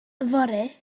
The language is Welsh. fory